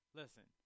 listen